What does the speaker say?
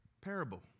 parable